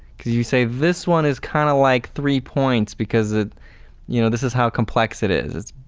because you say this one is kind of like three points because it you know this is how complex it is.